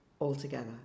altogether